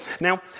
Now